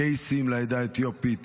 קייסים לעדה האתיופית,